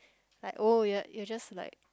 like oh you're you are just like